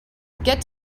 get